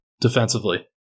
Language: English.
defensively